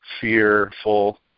fearful